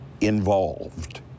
involved